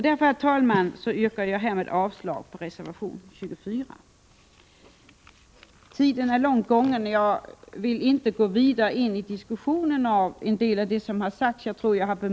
Därmed, herr talman, yrkar jag avslag på reservation 24. Tiden är långt gången, och jag skall inte gå närmare in på en diskussion om de frågor som har tagits upp här.